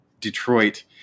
Detroit